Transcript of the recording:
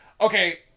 Okay